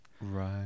Right